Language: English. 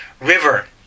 River